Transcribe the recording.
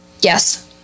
Yes